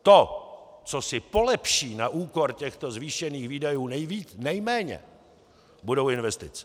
To, co si polepší na úkor těchto zvýšených výdajů nejméně, budou investice.